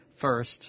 first